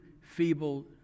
feeble